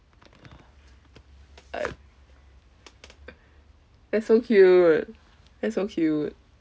uh that's so cute that's so cute